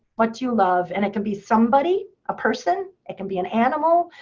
what do you love? and it can be somebody, a person. it can be an animal.